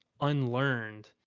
unlearned